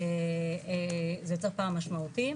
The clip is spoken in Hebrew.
זה יוצר פער משמעותי.